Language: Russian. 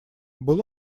был